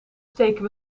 steken